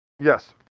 Yes